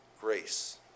grace